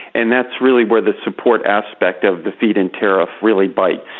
and that's really where the support aspect of the feed-in tariff really bites.